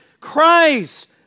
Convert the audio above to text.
Christ